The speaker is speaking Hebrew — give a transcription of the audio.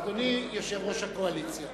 אדוני יושב-ראש הקואליציה,